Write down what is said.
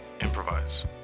Improvise